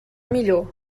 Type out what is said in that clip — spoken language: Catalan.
millor